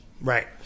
Right